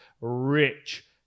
rich